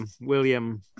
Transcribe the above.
William